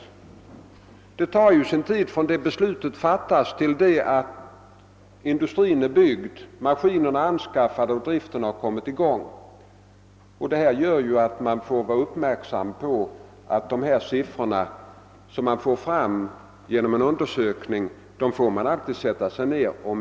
Det tar ju sin tid från det att beslutet fattas till dess att industrin är uppbyggd, maskinerna anskaffade och driften igångsatt. Man måste mot denna bakgrund vara uppmärksam på att de siffror, som kommer fram genom en sådan här undersökning, alltid behöver granskas noga.